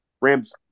Rams